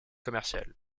commerciale